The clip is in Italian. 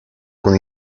con